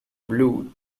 blue